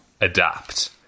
adapt